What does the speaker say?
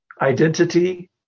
identity